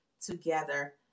together